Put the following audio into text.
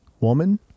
woman